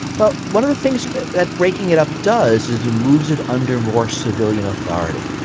but one of the things that that breaking it up does is it moves it under more civilian authority.